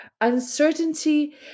uncertainty